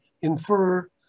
infer